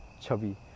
chubby